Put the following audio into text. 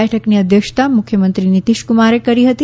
બેઠકની અધ્યક્ષતા મુખ્યમંત્રી નીતીશકુમારે કરી હતી